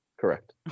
Correct